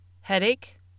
Headache